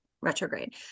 retrograde